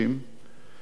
דרך אגב,